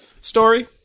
Story